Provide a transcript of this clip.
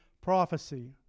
prophecy